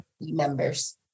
members